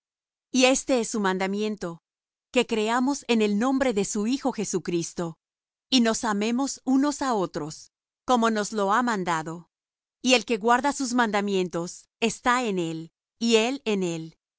y éste es su mandamiento que creamos en el nombre de su hijo jesucristo y nos amemos unos á otros como nos lo ha mandado y el que guarda sus mandamientos está en él y él en él